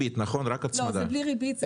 איך הגעתם --- זה בלי ריבית, רק הצמדה?